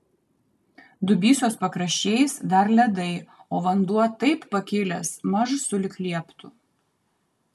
dubysos pakraščiais dar ledai o vanduo taip pakilęs maž sulig lieptu